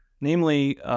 namely